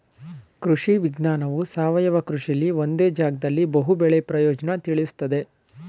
ಕೃಷಿ ವಿಜ್ಞಾನವು ಸಾವಯವ ಕೃಷಿಲಿ ಒಂದೇ ಜಾಗ್ದಲ್ಲಿ ಬಹು ಬೆಳೆ ಪ್ರಯೋಜ್ನನ ತಿಳುಸ್ತದೆ